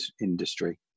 industry